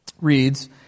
reads